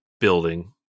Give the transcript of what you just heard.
building